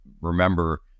remember